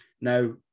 Now